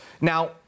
Now